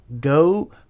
go